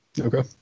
okay